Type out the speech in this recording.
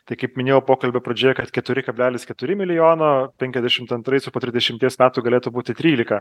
tai kaip minėjau pokalbio pradžioje kad keturi kablelis keturi milijono penkiasdešimt antrais jau po trisdešimties metų galėtų būti trylika